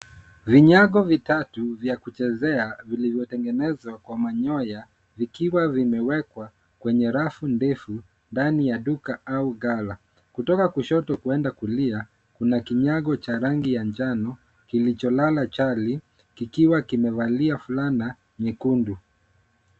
Vinyago vitatu vya kuchezea vilivyotengenzwa kwa manyoya vikiwa vimewekwa kwenye rafu ndefu ndani ya duka au ghala. Kutoka kushoto kuenda kulia kuna kinyango cha rangi ya njano kilicholala chali kikiwa kimevalia fulana nyekundu.